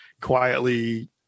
quietly